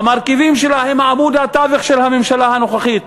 המרכיבים שלה הם עמוד התווך של הממשלה הנוכחית,